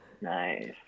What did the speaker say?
Nice